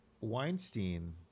Weinstein